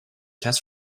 test